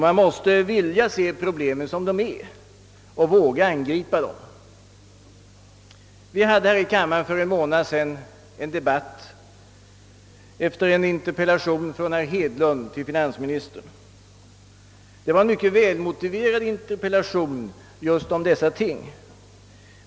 Man måste också vilja se problemen sådana de är och våga att angripa dem. För en månad sedan hade vi här i kammaren en debatt efter en interpellation från herr Hedlund till finansministern. Det var en mycket välmotiverad interpellation just om dessa ting.